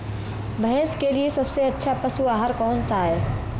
भैंस के लिए सबसे अच्छा पशु आहार कौनसा है?